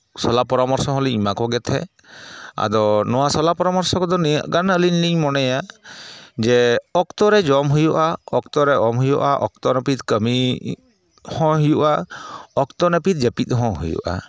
ᱥᱚᱞᱟ ᱯᱚᱨᱟᱢᱚᱨᱥᱚ ᱦᱚᱸᱞᱤᱧ ᱮᱢᱟ ᱠᱚᱜᱮ ᱛᱟᱦᱮᱸᱫ ᱟᱫᱚ ᱱᱚᱣᱟ ᱥᱚᱞᱟ ᱯᱚᱨᱟᱢᱚᱨᱥᱚ ᱠᱚᱫᱚ ᱱᱤᱱᱟᱹᱜ ᱜᱟᱱ ᱟᱹᱞᱤᱧ ᱞᱤᱧ ᱢᱚᱱᱮᱭᱟ ᱡᱮ ᱚᱠᱛᱚ ᱨᱮ ᱡᱚᱢ ᱦᱩᱭᱩᱜᱼᱟ ᱚᱠᱛᱚ ᱨᱮ ᱚᱢ ᱦᱩᱭᱩᱜᱼᱟ ᱚᱠᱛᱚ ᱱᱟᱹᱯᱤᱛ ᱠᱟᱹᱢᱤ ᱦᱚᱸ ᱦᱩᱭᱩᱜᱼᱟ ᱚᱠᱛᱚ ᱱᱟᱹᱯᱤᱛ ᱡᱟᱹᱯᱤᱫ ᱦᱚᱸ ᱦᱩᱭᱩᱜᱼᱟ